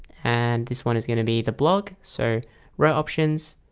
and this one is going to be the blog so row options